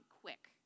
quick